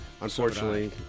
unfortunately